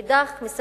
ומאידך גיסא,